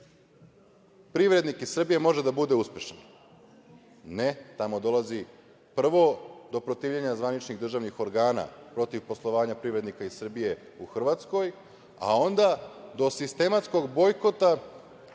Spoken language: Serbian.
privrednik iz Srbije može da bude uspešan? Ne. Tamo dolazi prvo do protivljenja zvaničnih državnih organa protiv poslovanja privrednika iz Srbije u Hrvatskoj, a onda do sistematskog bojkota